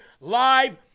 live